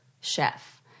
chef